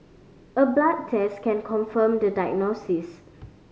a blood test can confirm the diagnosis